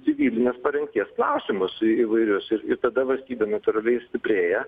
gynybinės parengties klausimus į įvairius ir tada valstybė natūraliai ir stiprėja